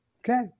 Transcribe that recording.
Okay